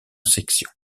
sections